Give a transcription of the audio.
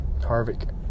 Harvick